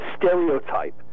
Stereotype